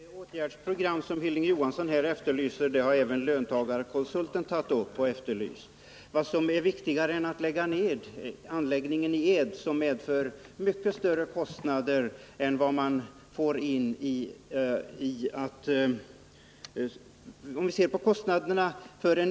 Herr talman! Det åtgärdsprogram som Hilding Johansson här efterlyser har även löntagarkonsulten efterlyst. En nedläggning av anläggningen i Ed medför kostnader som troligen är mycket större än de belopp man får in på en flyttning under de första åren.